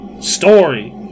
story